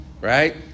right